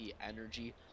energy